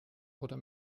oder